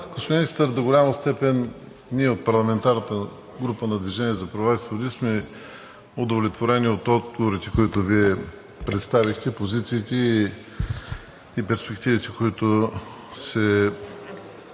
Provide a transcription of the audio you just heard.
Министър, до голяма степен ние, от парламентарната група на „Движението за права и свободи“, сме удовлетворени от отговорите, които Вие представихте, позициите и перспективите, които се